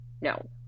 No